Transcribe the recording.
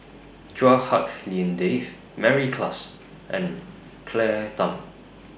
Chua Hak Lien Dave Mary Klass and Claire Tham